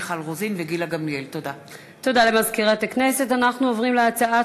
מיכל רוזין וגילה גמליאל בנושא: הודעה על סגירת